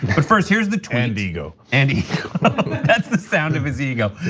but first here's the tweet. and ego. and ego that's the sound of his ego.